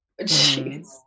Jeez